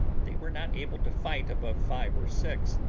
they were not able to fight above five or six,